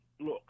look